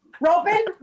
Robin